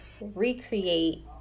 recreate